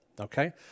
Okay